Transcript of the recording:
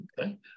Okay